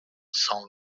cent